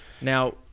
Now